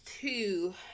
two